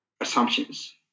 assumptions